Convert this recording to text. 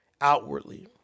outwardly